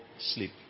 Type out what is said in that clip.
sleep